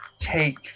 take